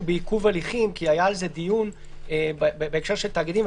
בעיכוב הליכים כי היה על זה דיון בהקשר של התאגידים,